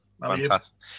Fantastic